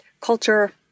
culture